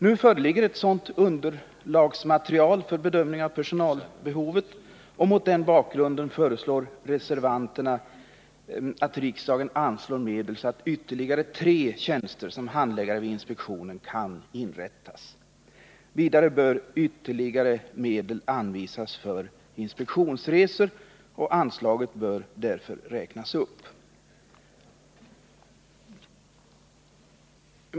Nu föreligger ett underlagsmaterial för bedömning av personalbehovet. Mot den bakgrunden föreslår reservanterna att riksdagen anslår medel så att ytterligare tre tjänster som handläggare vid inspektionen kan inrättas. Vidare bör ytterligare medel anvisas för inspektionsresor och anslaget därför räknas upp.